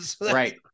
Right